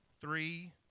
three